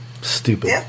Stupid